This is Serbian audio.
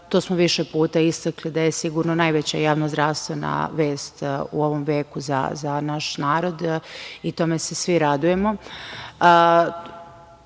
To smo više puta istakli, da je sigurno najveća javno-zdravstvena vest u ovom veku za naš narod i tome se svi radujemo. Znate